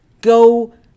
Go